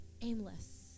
aimless